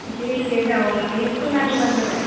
एसे एसे जावनानै खोना होब्लानो जाबाय